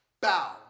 Bow